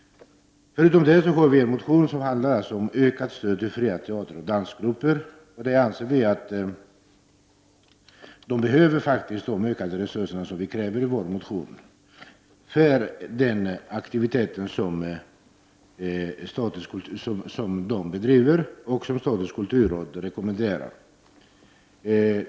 Dessutom har vi en motion som gäller ökning av stödet till fria teateroch dansgrupper. Enligt vår åsikt behövs verkligen de resurser som vi kräver i vår motion för den aktivitet som grupperna bedriver och som statens kulturråd rekommenderar.